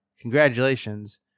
congratulations